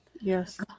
Yes